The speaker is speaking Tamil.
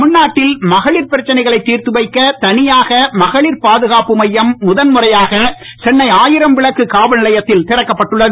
தமிழ்நாட்டில் மகளிர் பிரச்சனைகளை திர்த்துவைக்க தனியாக மகளிர் பாதுகாப்பு மையம் முதல்முறையாக சென்னை ஆயிரம்விளக்கு காவல்நிலையத்தில் திறக்கப்பட்டுள்ளது